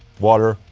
water,